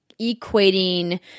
equating